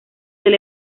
del